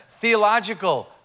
theological